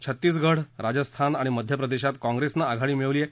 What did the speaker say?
छत्तीसगढ राजस्थान आणि मध्य प्रदेशात कॉंप्रेसनं आघाडी मिळवली आहे